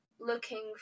looking